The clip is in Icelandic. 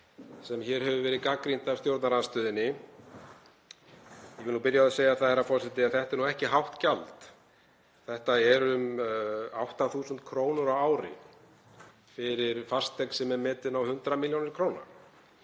sem hér hefur verið gagnrýnt af stjórnarandstöðunni. Ég vil byrja á því að segja það, herra forseti, að þetta er ekki hátt gjald. Þetta eru um 8.000 kr. á ári fyrir fasteign sem er metin á 100 millj. kr.